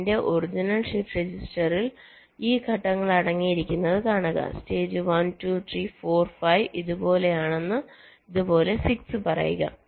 എന്റെ original shift രജിസ്റ്ററിൽ ഈ ഘട്ടങ്ങൾ അടങ്ങിയിരിക്കുന്നത് കാണുക സ്റ്റേജ് 1 2 3 4 5 ഇതുപോലെ 6 പറയുക